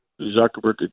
Zuckerberg